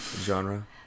Genre